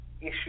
issue